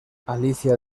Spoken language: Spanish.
alicia